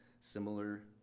similar